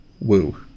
Woo